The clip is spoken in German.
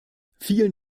vielen